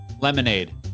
Lemonade